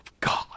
God